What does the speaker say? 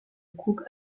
coupe